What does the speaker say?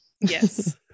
Yes